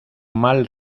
mal